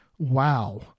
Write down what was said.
wow